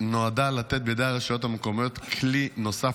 נועדה לתת בידי הרשויות המקומיות כלי נוסף